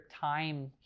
time